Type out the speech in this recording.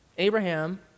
Abraham